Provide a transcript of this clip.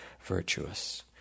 virtuous